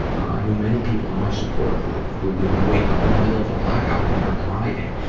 i know many people in my support group who would wake up in the middle of a black-out and they're driving.